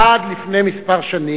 עד לפני כמה שנים,